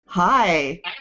Hi